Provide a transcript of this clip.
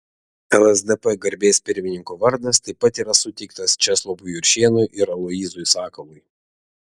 lsdp garbės pirmininko vardas taip pat yra suteiktas česlovui juršėnui ir aloyzui sakalui